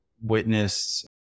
witness